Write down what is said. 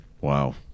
Wow